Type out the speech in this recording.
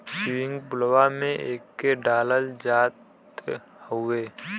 swimming पुलवा में एके डालल जात हउवे